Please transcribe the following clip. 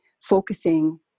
focusing